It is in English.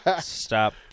stop